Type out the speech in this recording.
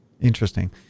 interesting